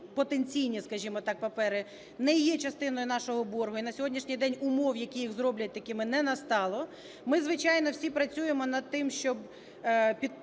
так, папери не є частиною нашого боргу, і на сьогоднішній день умов, які їх зроблять такими, не настало. Ми, звичайно, всі працюємо над тим, щоб підсилити